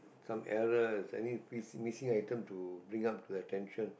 some error is any miss missing item to bring up to attention